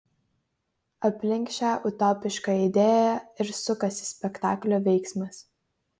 aplink šią utopišką idėją ir sukasi spektaklio veiksmas